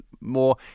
more